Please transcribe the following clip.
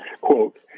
quote